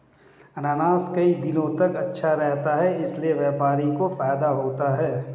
अनानास कई दिनों तक अच्छा रहता है इसीलिए व्यापारी को फायदा होता है